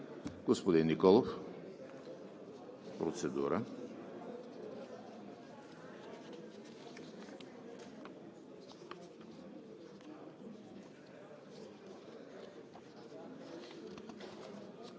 Господин Николов – процедура.